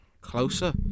closer